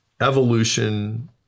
evolution